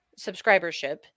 subscribership